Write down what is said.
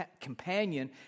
companion